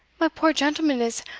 my poor gentleman is,